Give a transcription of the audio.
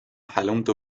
حلمت